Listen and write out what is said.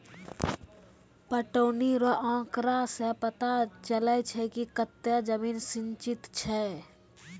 पटौनी रो आँकड़ा से पता चलै छै कि कतै जमीन सिंचित छै